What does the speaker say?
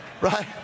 Right